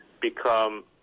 become